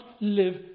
live